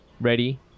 Ready